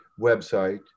website